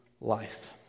life